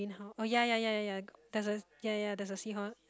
in how oh ya ya ya ya ya there's a ya ya there's a seahorse